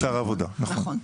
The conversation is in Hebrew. שר העבודה, נכון.